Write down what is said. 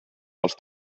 dels